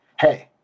Hey